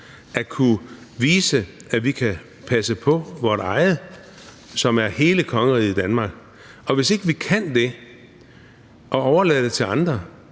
at kunne vise, at vi kan passe på vort eget, som er hele kongeriget Danmark, og hvis ikke vi kan det og vi overlader det til andre,